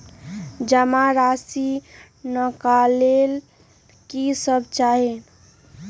जमा राशि नकालेला कि सब चाहि?